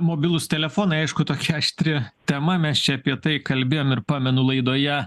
mobilūs telefonai aišku tokia aštri tema mes čia apie tai kalbėjom ir pamenu laidoje